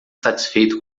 satisfeito